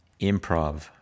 improv